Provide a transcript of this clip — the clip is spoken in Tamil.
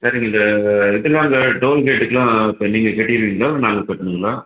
சரிங்க சார் அங்கே டோல்கேட்க்கெலாம் இப்போ நீங்கள் கட்டிடுவீங்களா இல்லை நாங்கள் கட்டணுங்களா